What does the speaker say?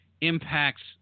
impacts